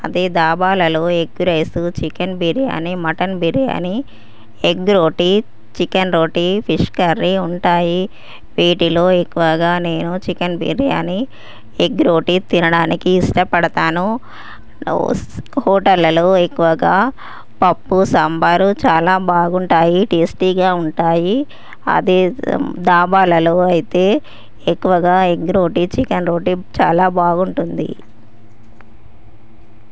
అదే దాబాలలో egg rice chicken biryani mutton biryani egg roti chicken roti fish curry ఉంటాయి వీటిలో ఎక్కువగా నేను చికెన్ బిర్యానీ ఎగ్ రోటీ తినడానికి ఇష్టపడతాను హోటళ్ళలో ఎక్కువగా పప్పు సాంబారు చాలా బాగుంటాయి టేస్టీగా ఉంటాయి అదే దాబాలలో అయితే ఎక్కువగా ఎగ్ రోటి చికెన్ రోటీ చాలా బాగుంటుంది